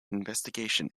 investigations